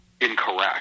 incorrect